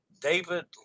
David